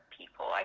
people